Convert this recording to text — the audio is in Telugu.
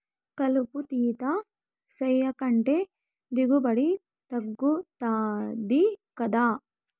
కలుపు తీత సేయకంటే దిగుబడి తగ్గుతది గదా